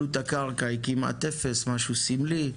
עלות הקרקע היא כמעט אפס, משהו סמלי,